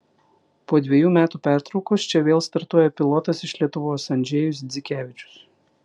po dvejų metų pertraukos čia vėl startuoja pilotas iš lietuvos andžejus dzikevičius